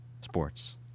Sports